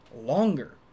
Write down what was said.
longer